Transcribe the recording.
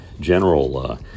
general